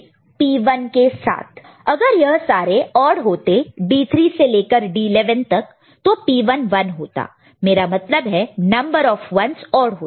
C1 D3 ⊕ D5 ⊕ D7 ⊕ D9 ⊕ D11 ⊕ P1 C2 D3 ⊕ D6 ⊕ D7 ⊕ D10 ⊕ D11 ⊕ P2 C4 D5 ⊕ D6 ⊕ D7 ⊕ D12 ⊕ P4 C8 D9 ⊕ D10 ⊕ D11 ⊕ D12 ⊕ P8 अगर यह सारे odd होते D3 से लेकर D11 तक तो P1 1 होता मेरा मतलब है नंबर ऑफ 1's औड होता